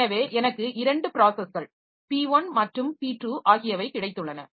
எனவே எனக்கு 2 ப்ராஸஸ்கள் P1 மற்றும் P2 ஆகியவை கிடைத்துள்ளன